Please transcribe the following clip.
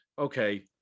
okay